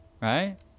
right